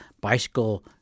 bicycle